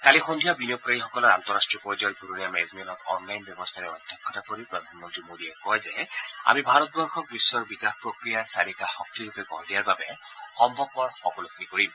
কালি সদ্ধিয়া বিনিয়োগকাৰীসকলৰ আন্তঃৰাষ্ট্ৰীয় পৰ্যায়ৰ ঘূৰণীয়া মেজমেলত অনলাইন ব্যৱস্থাৰ অধ্যক্ষতা কৰি প্ৰধানমন্ত্ৰী নৰেন্দ্ৰ মোডীয়ে কয় যে আমি ভাৰতবৰ্ষক বিশ্বৰ বিকাশ প্ৰক্ৰিয়াক চালিকা শক্তিৰূপে গঢ় দিয়াৰ বাবে সম্ভৱপৰ সকলোখিনি কৰিম